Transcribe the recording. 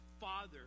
father